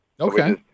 Okay